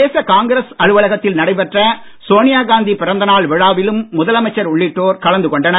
பிரதேச காங்கிரஸ் அலுவலகத்தில் நடைபெற்ற சோனியா காந்தி பிறந்தநாள் விழாவிலும் முதலமைச்சர் உள்ளிட்டோர் கலந்து கொண்டனர்